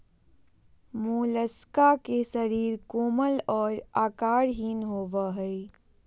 Mollusca के शरीर कोमल और आकारहीन होबय हइ